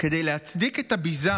כדי להצדיק את הביזה